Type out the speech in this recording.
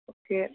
okay